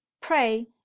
pray